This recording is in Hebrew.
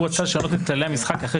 הוא רצה לשנות את כללי המשחק אחרי